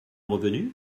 revenu